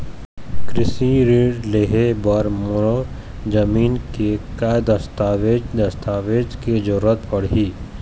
कृषि ऋण लेहे बर मोर जमीन के का दस्तावेज दस्तावेज के जरूरत पड़ही?